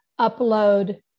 upload